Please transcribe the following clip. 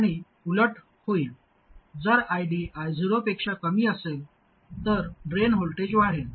आणि उलट होईल जर ID I0 पेक्षा कमी असेल तर ड्रेन व्होल्टेज वाढेल